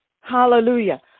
Hallelujah